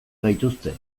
gaituzte